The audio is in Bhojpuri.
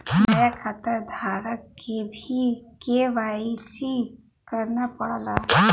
नया खाताधारक के भी के.वाई.सी करना पड़ला